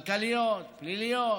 כלכליות, פליליות.